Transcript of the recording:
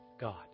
God